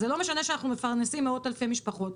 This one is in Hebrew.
זה לא משנה שאנחנו מפרנסים מאות אלפי משפחות.